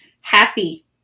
happy